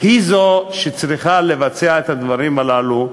היא שצריכה לבצע את הדברים הללו,